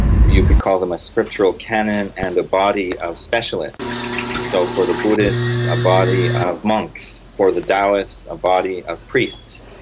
you could call them a scriptural canon and a body of specialists so for the buddhists a body of monks, for the daoists a body of priests,